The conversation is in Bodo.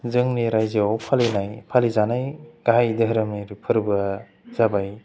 जोंनि रायजोयाव फालिनाय फालिजानाय गाहाय धोरोमनि फोरबोया जाबाय